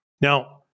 Now